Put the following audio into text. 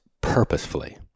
purposefully